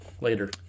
later